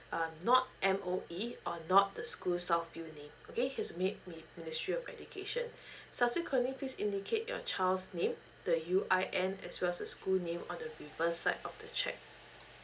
uh not M_O_E or not the school south unit okay he's made m~ ministry of education subsequently please indicate your child's name the U_I_N as well as the school name on the reverse side of the cheque